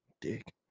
Dick